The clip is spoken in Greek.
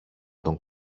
τον